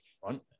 front